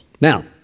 Now